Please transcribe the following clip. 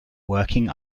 working